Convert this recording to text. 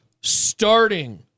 starting